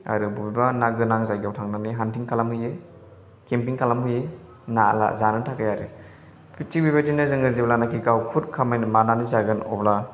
आरो बबेबा ना गोनां जायगायाव थांनानै हानथिं खालामहैयो केम्पिं खालामहैयो ना जानो थाखाय आरो थिख बेबायदिनो जों जेब्लानोखि गाव खुद माबानानै जागोन अब्ला